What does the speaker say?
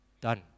done